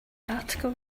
article